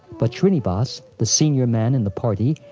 but shrinivas, the senior man in the party,